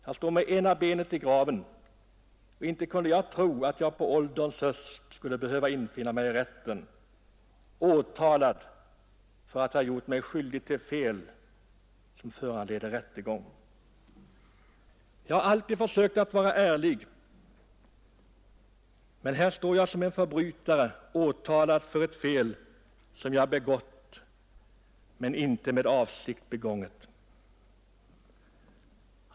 Jag står med ena benet i graven, och inte kunde jag tro att jag på ålderns höst skulle behöva infinna mig i rätten, åtalad för att ha gjort mig skyldig till fel som föranleder rättegång. Jag har alltid försökt att vara ärlig, men här står jag som en förbrytare, åtalad för ett fel som jag begått men inte med avsikt.